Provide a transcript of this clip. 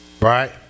Right